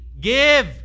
give